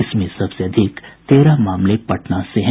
इसमें सबसे अधिक तेरह मामले पटना से हैं